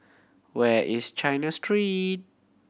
where is China Street